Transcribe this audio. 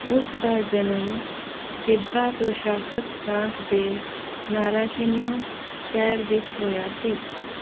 ਉਸ ਦਾ ਜਨਮ ਚਿਬਾ ਪ੍ਰਸ਼ਾਸ਼ਕ ਪ੍ਰਾਂਤ ਦੇ ਨਾਰਾਸ਼ਿਨੋ ਸ਼ਹਿਰ ਵਿੱਚ ਹੋਇਆ ਸੀ